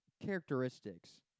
characteristics